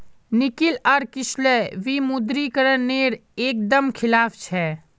निकिल आर किसलय विमुद्रीकरण नेर एक दम खिलाफ छे